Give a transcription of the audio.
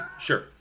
Sure